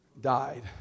died